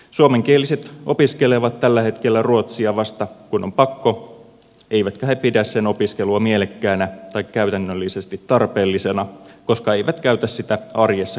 suomenkieliset opiskelevat tällä hetkellä ruotsia vasta kun on pakko eivätkä he pidä sen opiskelua mielekkäänä tai käytännöllisesti tarpeellisena koska eivät käytä sitä arjessa koulun ulkopuolella